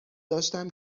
داشتم